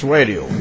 Radio